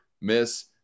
miss